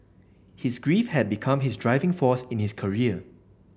his grief had become his driving force in his career